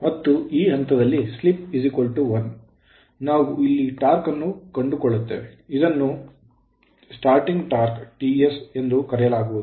ಮತ್ತು ಈ ಹಂತದಲ್ಲಿ slip 1 ನಾವು ಇಲ್ಲಿ torque ಟಾರ್ಕ್ ಅನ್ನು ಕಂಡುಕೊಳ್ಳುತ್ತೇವೆ ಇದನ್ನು ಸ್ಟಾರ್ಟಿಂಗ್ torque ಟಾರ್ಕ್ Ts ಎಂದು ಕರೆಯಲಾಗುತ್ತದೆ